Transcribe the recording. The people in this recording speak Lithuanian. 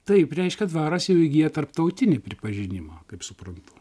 taip reiškia dvaras jau įgyja tarptautinį pripažinimą kaip suprantu